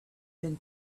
been